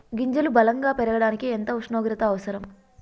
గింజలు బలం గా పెరగడానికి ఎంత ఉష్ణోగ్రత అవసరం?